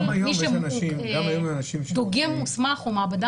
גם היום יש אנשים ש --- דוגם מוסמך או מעבדה